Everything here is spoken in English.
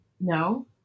No